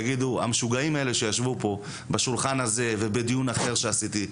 יגידו: המשוגעים האלה שישבו פה בשולחן הזה ובדיון אחר שעשיתי,